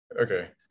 Okay